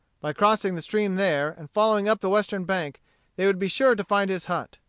by crossing the stream there, and following up the western bank they would be sure to find his hut.